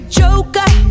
joker